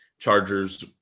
Chargers